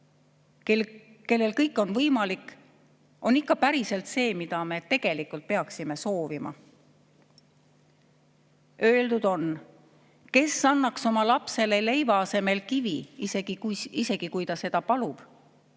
kelle puhul kõik on võimalik, on ikka päriselt see, mida me tegelikult peaksime soovima. Öeldud on: "Kes annaks oma lapsele leiva asemel kivi, isegi kui ta seda palub?"